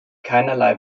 keinerlei